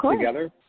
together